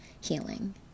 healing